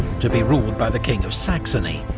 to be ruled by the king of saxony,